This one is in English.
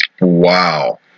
Wow